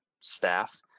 staff